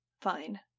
Fine